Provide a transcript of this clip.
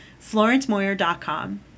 FlorenceMoyer.com